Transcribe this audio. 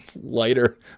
Lighter